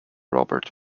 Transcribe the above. robert